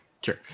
Sure